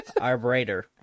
Arbiter